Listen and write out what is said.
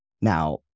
Now